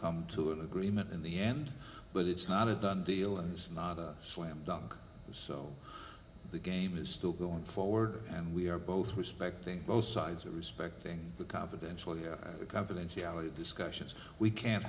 come to an agreement in the end but it's not a done deal and it's not a slam dunk so the game is still going forward and we are both respecting both sides are respecting the confidential confidentiality discussions we can't